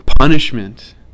punishment